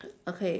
okay